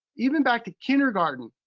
even back to kindergarten,